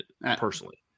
personally